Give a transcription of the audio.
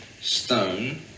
stone